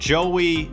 Joey